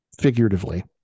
figuratively